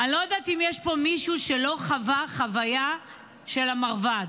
אני לא יודעת אם יש פה מישהו שלא חווה חוויה של המרב"ד.